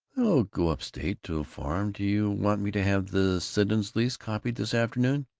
i'll go up-state to a farm do you want me to have the siddons lease copied this afternoon?